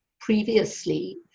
previously